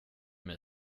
mig